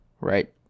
right